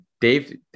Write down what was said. Dave